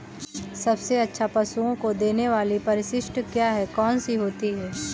सबसे अच्छा पशुओं को देने वाली परिशिष्ट क्या है? कौन सी होती है?